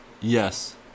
Yes